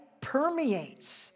permeates